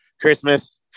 Christmas